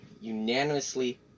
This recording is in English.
unanimously